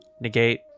Negate